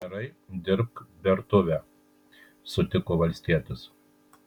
gerai dirbk bertuvę sutiko valstietis